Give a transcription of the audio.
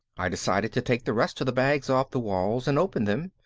i decided to take the rest of the bags off the walls and open them,